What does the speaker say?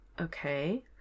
Okay